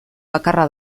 bakarra